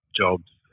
jobs